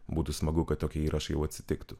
būtų smagu kad tokie įrašai jau atsitiktų